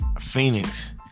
Phoenix